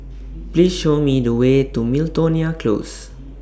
Please Show Me The Way to Miltonia Close